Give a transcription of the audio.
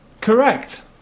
Correct